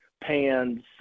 pans